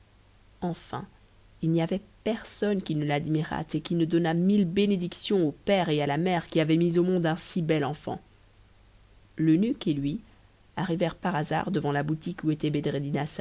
enfin il n'y avait personne qui ne l'admirât et qui ne donnât mille bénédictions au père et à la mère qui avaient mis au monde un si bel enfant l'eunuque et lui arrivèrent par hasard devant la boutique où était